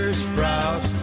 sprout